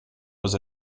was